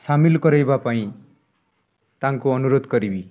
ସାମିଲ କରାଇବା ପାଇଁ ତାଙ୍କୁ ଅନୁରୋଧ କରିବି